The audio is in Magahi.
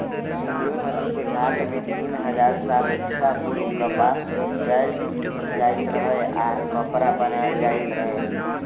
सिंधु नदिके घाट में तीन हजार साल ईसा पूर्व कपास उपजायल जाइत रहै आऽ कपरा बनाएल जाइत रहै